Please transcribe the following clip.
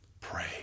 Pray